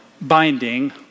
binding